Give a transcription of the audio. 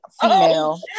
female